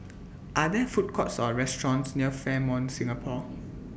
Are There Food Courts Or restaurants near Fairmont Singapore